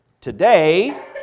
today